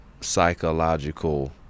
psychological